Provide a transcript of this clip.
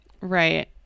Right